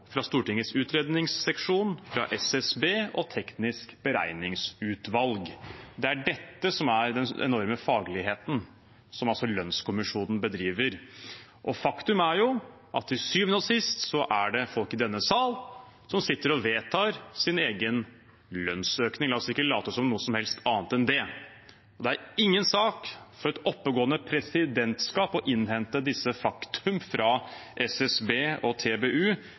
fra Stortingets utredningsseksjon, fra SSB og Teknisk beregningsutvalg. Det er dette som er den enorme fagligheten som lønnskommisjonen bedriver. Faktum er jo at til syvende og sist er det folk i denne sal som sitter og vedtar sin egen lønnsøkning. La oss ikke late som noe som helst annet enn det. Det er ingen sak for et oppegående presidentskap å innhente disse fakta fra SSB og TBU